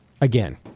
again